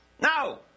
No